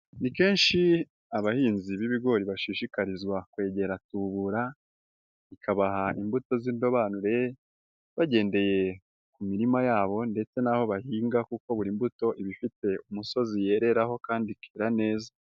Ni kenshi abahinzi b'ibigori bashishikarizwa kwegera tubura ikabaha imbuto z'indobanure bagendeye ku mirima yabo ndetse n'aho bahinga kuko buri mbuto iba ifite umusozi yereraho kandi ikira neza.